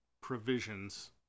provisions